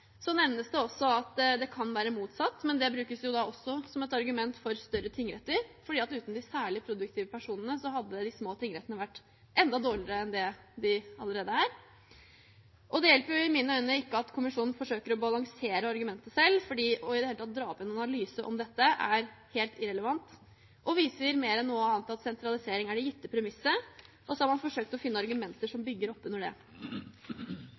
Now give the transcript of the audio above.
Så nevnes det også at det kan være motsatt, men det brukes jo også som et argument for større tingretter, for uten de særlig produktive personene hadde de små tingrettene vært enda dårligere enn de allerede er. Og det hjelper ikke, i mine øyne, at kommisjonen forsøker å balansere argumentet selv. I det hele tatt å dra opp en analyse om dette er helt irrelevant og viser mer enn noe annet at sentralisering er det gitte premisset, og så har man forsøkt å finne argumenter som bygger opp under det.